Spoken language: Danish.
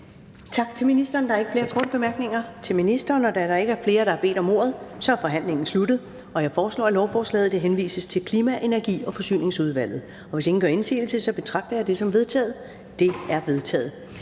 Tak til ministeren. Der er ikke flere korte bemærkninger til ministeren. Da der ikke er flere, der har bedt om ordet, er forhandlingen sluttet. Jeg foreslår, at lovforslaget henvises til Klima-, Energi- og Forsyningsudvalget. Hvis ingen gør indsigelse, betragter jeg det som vedtaget. Det er vedtaget.